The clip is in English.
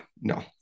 no